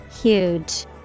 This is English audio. Huge